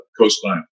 coastline